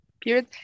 period